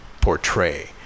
portray